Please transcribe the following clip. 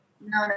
no